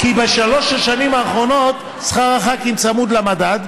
כי בשלוש השנים האחרונות שכר הח"כים צמוד למדד,